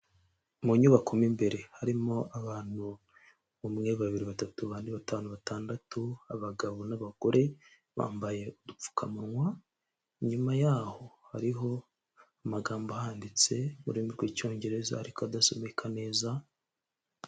Mu nyubako mo imbere harimo abantu, umwe, babiri, batatu, bane, batanu, batandatu, abagabo n'abagore bambaye udupfukamunwa, inyuma yaho hariho amagambo ahanditse mu rurimi rw'Icyongereza ariko adasomeka neza.